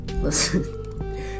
listen